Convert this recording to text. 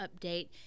update